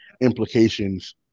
implications